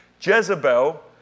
Jezebel